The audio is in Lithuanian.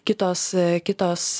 kitos kitos